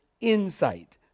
insight